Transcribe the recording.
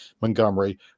Montgomery